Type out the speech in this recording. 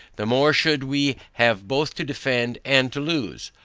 the more should we have both to defend and to loose.